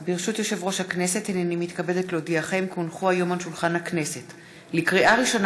תוכן העניינים מסמכים שהונחו על שולחן הכנסת מזכירת הכנסת ירדנה